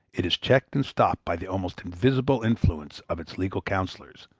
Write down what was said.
it is checked and stopped by the almost invisible influence of its legal counsellors,